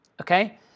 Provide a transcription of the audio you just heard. Okay